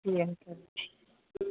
जी uncle